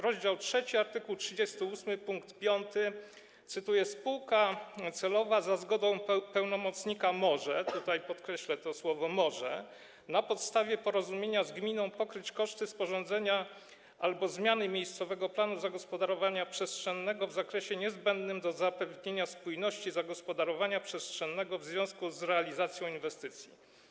Rozdział 3 art. 38 ust. 5, cytuję: Spółka Celowa, za zgoda Pełnomocnika, może - tutaj podkreślę to słowo „może” - na podstawie porozumienia z gminą, pokryć koszty sporządzenia albo zmiany miejscowego planu zagospodarowania przestrzennego w zakresie niezbędnym do zapewnienia spójności zagospodarowania przestrzennego w związku z realizacją Inwestycji.